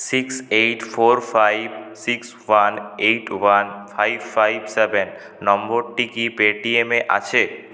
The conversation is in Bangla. six eight four five six one eight one five five seven নম্বরটি কি পেটিএম এ আছে